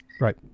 Right